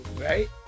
right